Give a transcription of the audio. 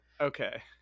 Okay